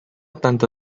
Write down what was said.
tanto